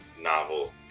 novel